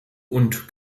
und